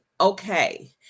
okay